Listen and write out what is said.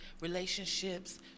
relationships